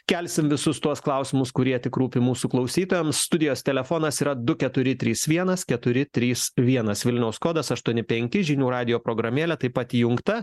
kelsim visus tuos klausimus kurie tik rūpi mūsų klausytojams studijos telefonas yra du keturi trys vienas keturi trys vienas vilniaus kodas aštuoni penki žinių radijo programėlė taip pat įjungta